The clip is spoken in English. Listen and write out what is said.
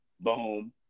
boom